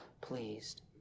pleased